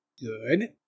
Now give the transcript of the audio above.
Good